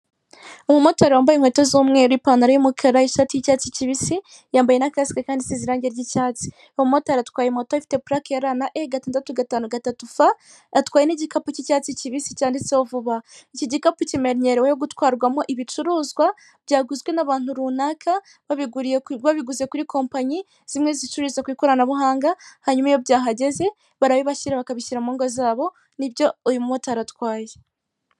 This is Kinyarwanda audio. Akayetajeri karimo ikinyobwa kiza gikorwa mu bikomoka ku mata, gifite icupa ribengerana rifite umufuniko w'umweru. Hejuru gato harimo n'ibindi binyobwa bitari kugaragara neza.